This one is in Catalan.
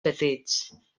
petits